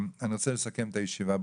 ברשותכם, אני רוצה לסכם את הישיבה.